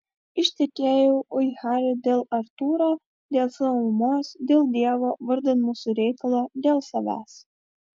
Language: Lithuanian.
ištekėjau ui hario dėl artūro dėl savo mamos dėl dievo vardan mūsų reikalo dėl savęs